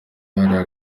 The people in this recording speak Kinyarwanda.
hariya